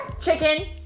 chicken